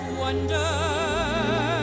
wonder